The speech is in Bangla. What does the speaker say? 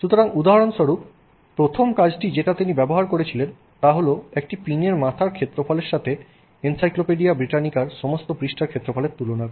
সুতরাং উদাহরণস্বরূপ প্রথম কাজটি যেটা তিনি ব্যবহার করেছিলেন তা হল একটি পিনের মাথার ক্ষেত্রফলের সাথে এনসাইক্লোপিডিয়া ব্রিটানিকার সমস্ত পৃষ্ঠার ক্ষেত্রফলের তুলনা করা